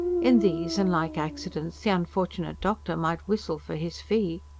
in these and like accidents the unfortunate doctor might whistle for his fee.